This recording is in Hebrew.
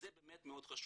זה באמת מאוד חשוב.